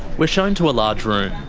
we're shown to a large room.